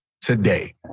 today